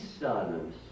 silence